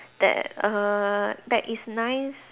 that err that is nice